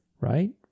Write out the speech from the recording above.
right